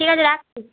ঠিক আছে রাখছি